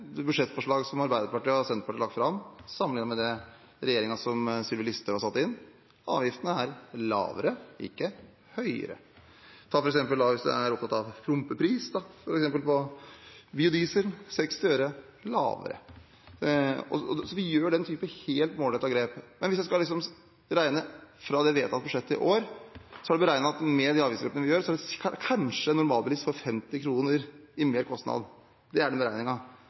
som Arbeiderpartiet og Senterpartiet har lagt fram, sammenlignet med det fra regjeringen som Sylvi Listhaug satte inn, er avgiftene lavere, ikke høyere. Hvis man f.eks. er opptatt av pumpepris, f.eks. på biodiesel, så er den 60 øre lavere. Vi gjør denne typen helt målrettede grep. Hvis jeg skal regne ut fra det vedtatte budsjettet i år, er det beregnet at med de avgiftsgrepene vi gjør, blir det kanskje en normalpris på 50 kr i merkostnad. Det er den